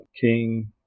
King